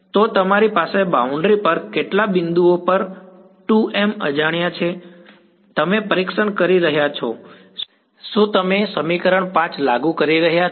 તો તમારી પાસે બાઉન્ડ્રી પર કેટલા બિંદુઓ પર 2 m અજાણ્યા છે તમે પરીક્ષણ કરી રહ્યાં છો શું તમે સમીકરણ 5 લાગુ કરી રહ્યાં છો